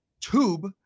tube